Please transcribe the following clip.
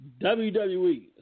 WWE